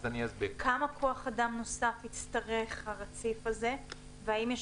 כמה כוח אדם נוסף יצטרך הרציף הזה והאם יש